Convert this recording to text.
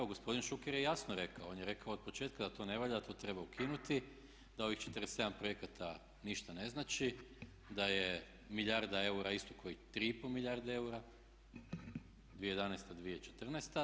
Evo gospodin Šuker je jasno rekao, on je rekao od početka da to ne valja, da to treba ukinuti da ovih 47 projekata ništa ne znači, da je milijarda eura isto kao i 3,5 milijarde eura 2011-2014.